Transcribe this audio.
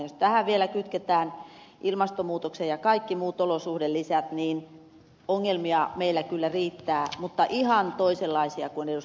jos tähän vielä kytketään ilmastonmuutos ja kaikki muut olosuhdelisät niin ongelmia meillä kyllä riittää mutta ihan toisenlaisia kuin ed